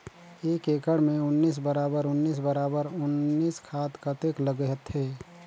एक एकड़ मे उन्नीस बराबर उन्नीस बराबर उन्नीस खाद कतेक लगथे?